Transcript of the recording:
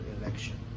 election